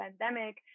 pandemic